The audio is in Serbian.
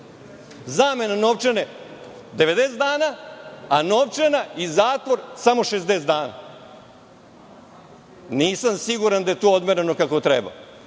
Zamena novčane 90 dana, a novčana i zatvor samo 60 dana. Nisam siguran da je to odmereno kako treba.